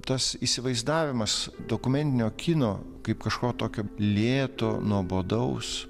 tas įsivaizdavimas dokumentinio kino kaip kažko tokio lėto nuobodaus